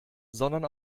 sondern